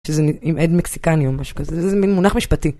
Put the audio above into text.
עם עד מקסיקני או משהו כזה, זה מין מונח משפטי.